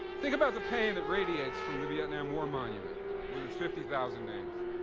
think about the pain that radiates from the vietnam war monument with its fifty thousand names.